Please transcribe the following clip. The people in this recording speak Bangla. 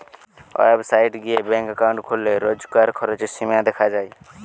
ওয়েবসাইট গিয়ে ব্যাঙ্ক একাউন্ট খুললে রোজকার খরচের সীমা দেখা যায়